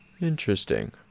Interesting